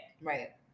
Right